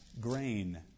grain